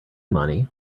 money